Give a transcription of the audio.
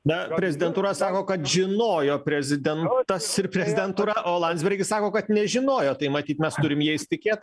na prezidentūra sako kad žinojo prezidentas ir prezidentūra o landsbergis sako kad nežinojo tai matyt mes turim jais tikėt